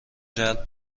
جلب